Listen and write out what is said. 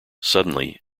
suddenly